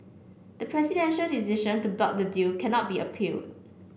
the presidential decision to block the deal cannot be appealed